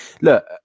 look